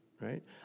right